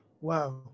Wow